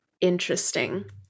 Interesting